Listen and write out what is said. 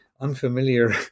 unfamiliar